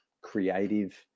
creative